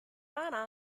rana